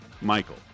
Michael